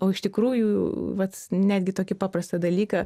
o iš tikrųjų vat netgi tokį paprastą dalyką